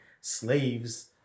slaves